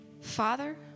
Father